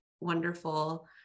wonderful